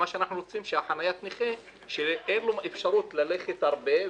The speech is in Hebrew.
אנחנו רוצים שחניית הנכה תשרת את מי שאין לו אפשרות ללכת הרבה,